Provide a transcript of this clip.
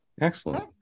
Excellent